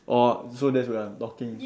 orh so that's where I'm talking